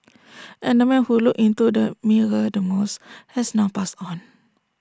and the man who looked into the mirror the most has now passed on